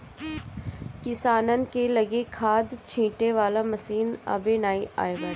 किसानन के लगे खाद छिंटे वाला मशीन अबे नाइ बाटे